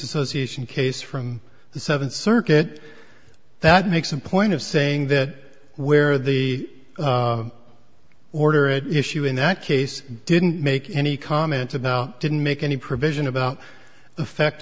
association case from the seventh circuit that makes a point of saying that where the order at issue in that case didn't make any comments about didn't make any provision about the effect